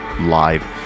live